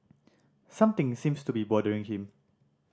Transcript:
something seems to be bothering him